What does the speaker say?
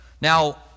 Now